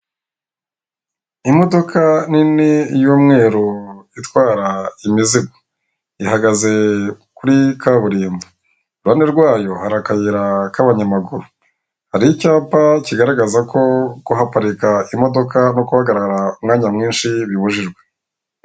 Imodoka nini y'umweru itwara imizigo ihagaze kuri kaburimbo iruhande rwayo hari akayira k'abanyamaguru hari icyapa kigaragaza ko kuhaparika imodoka no guhagarara umwanya mwinshi bibujijwe .